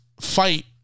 fight